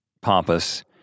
pompous